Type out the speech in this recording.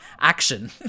action